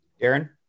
Aaron